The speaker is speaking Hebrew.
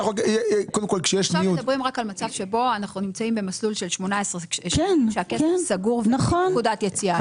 עכשיו מדובר רק על מצב שבו 18 שנים שהכסף סגור ואין נקודת יציאה.